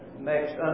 next